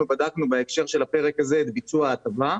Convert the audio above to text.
בדקנו בהקשר של הפרק הזה את ביצוע ההטבה.